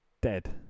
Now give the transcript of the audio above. dead